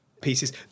pieces